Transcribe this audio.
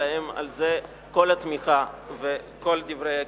להם על כך כל התמיכה וכל דברי הגיבוי.